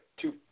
two